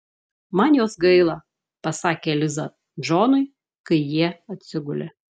man jos gaila pasakė liza džonui kai jie atsigulė